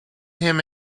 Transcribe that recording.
him